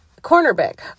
Cornerback